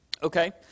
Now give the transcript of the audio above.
Okay